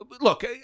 Look